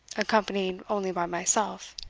accompanied only by myself.